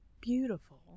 beautiful